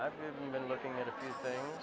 i've been looking at a few things